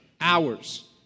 hours